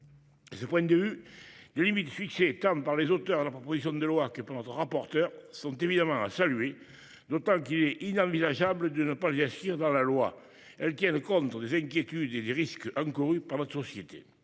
À cet égard, les limites fixées tant par les auteurs de la proposition de loi que par notre rapporteur sont évidemment à saluer, d'autant qu'il est inenvisageable de ne pas les inscrire dans la loi. Elles tiennent compte des inquiétudes et des risques encourus par notre société.